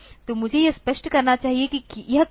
तो मुझे यह स्पष्ट करना चाहिए कि यह क्या है